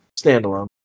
Standalone